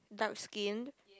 dark skin